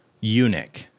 eunuch